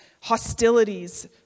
hostilities